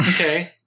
Okay